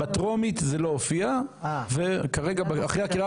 בטרומית זה לא הופיע ואחרי הקריאה